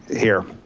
here.